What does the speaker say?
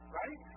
right